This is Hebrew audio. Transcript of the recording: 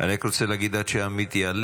אני רק רוצה להגיד, עד שעמית יעלה,